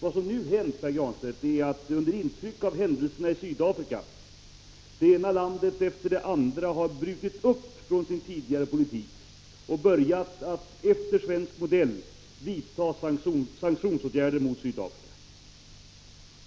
Vad som nu hänt är att man i det ena landet efter det andra, under intryck av händelserna i Sydafrika, har brutit upp från sin tidigare politik och börjat att efter svensk modell vidta åtgärder mot Sydafrika.